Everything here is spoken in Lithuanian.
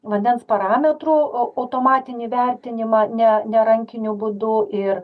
vandens parametrų au automatinį vertinimą ne ne rankiniu būdu ir